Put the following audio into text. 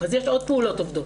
אז יש עוד פעולות עובדות.